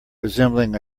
resembling